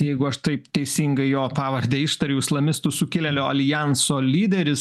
jeigu aš taip teisingai jo pavardę ištariu islamistų sukilėlio aljanso lyderis